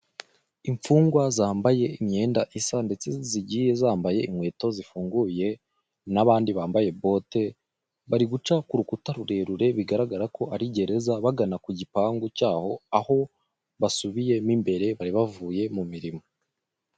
Infungwa zambaye imyenda isanditse zigiye zambaye inkweto zifunguye n'abandi bambaye bote, bari guca ku rukuta rurerure bigaragara ko ari gereza bagana ku gipangu cyaho aho basubiyemo imbere bari bavuye mu mirimo.